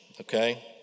okay